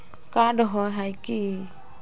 Card होय है की?